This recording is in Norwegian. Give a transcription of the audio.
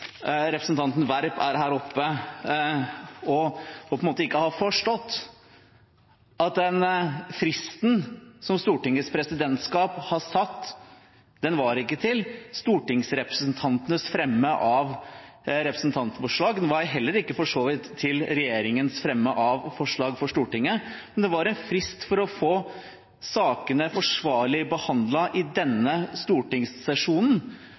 representanten Werp er her oppe og ikke har forstått at den fristen som Stortingets presidentskap har satt, ikke var til stortingsrepresentantenes fremme av representantforslag, det var for så vidt heller ikke til regjeringens fremme av forslag for Stortinget, men det var en frist for å få sakene forsvarlig behandlet i denne stortingssesjonen.